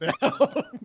down